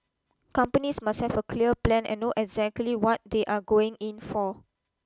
companies must have a clear plan and know exactly what they are going in for